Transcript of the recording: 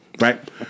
right